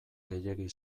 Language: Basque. gehiegi